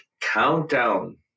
Countdown